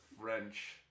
French